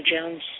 Jones